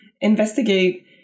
investigate